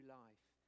life